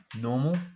normal